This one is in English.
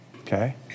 okay